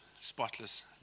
spotless